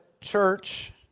church